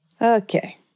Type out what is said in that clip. Okay